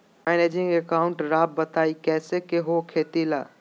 Managing account राव बताएं कैसे के हो खेती ला?